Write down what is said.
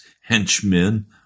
henchmen